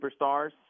superstars